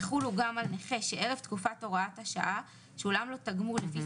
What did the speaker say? יחולו גם על נכה שערב תקופת הוראת השעה שולם לו תגמול לפי